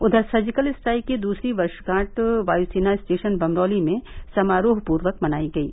उधर surgical strike के दूसरी वर्षगांठ वायु सेना स्टेशन बंमरौली में समारोह पूर्वक मनायी गयी